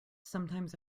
sometimes